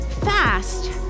fast